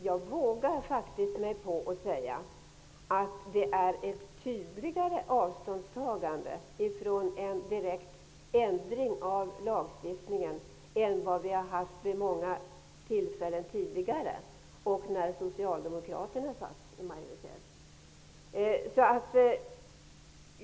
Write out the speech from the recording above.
Jag vågar faktiskt säga att det är ett tydligare avståndstagande från en direkt ändring av lagstiftningen än vad vi har haft vid många tidigare tillfällen, när socialdemokraterna var i majoritet.